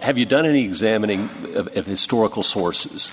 have you done any examining of historical sources